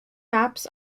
maps